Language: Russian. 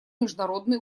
международный